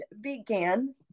began